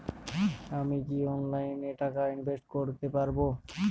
আমি কি অনলাইনে টাকা ইনভেস্ট করতে পারবো?